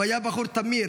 הוא היה בחור תמיר,